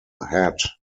hat